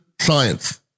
science